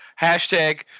Hashtag